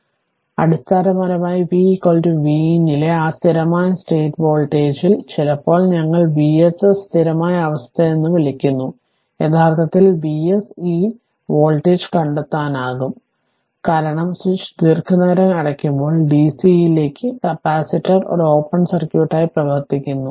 അതിനാൽ അടിസ്ഥാനപരമായി v vin ലെ ആ സ്ഥിരമായ സ്റ്റേറ്റ് വോൾട്ടേജിൽ ചിലപ്പോൾ ഞങ്ങൾ Vss സ്ഥിരമായ അവസ്ഥയെ വിളിക്കുന്നു യഥാർത്ഥത്തിൽ Vs ഈ sce വോൾട്ടേജ് കണ്ടെത്താനാകും കാരണം സ്വിച്ച് ദീർഘനേരം അടയ്ക്കുമ്പോൾ dc ലേക്ക് കപ്പാസിറ്റർ ഒരു ഓപ്പൺ സർക്യൂട്ടായി പ്രവർത്തിക്കുന്നു